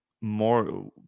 more